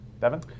devin